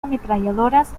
ametralladoras